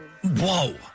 Whoa